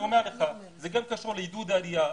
זה גם קשור לעידוד עלייה.